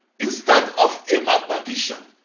instead of a mathematician.